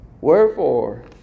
Wherefore